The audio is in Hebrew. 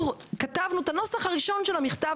אנחנו כתבנו את הנוסח הראשון של המכתב